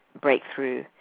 breakthrough